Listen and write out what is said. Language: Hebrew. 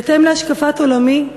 בהתאם להשקפת עולמי,